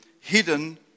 hidden